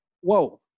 Whoa